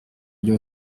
ryo